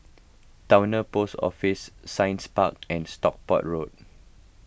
Towner Post Office Science Park and Stockport Road